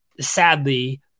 sadly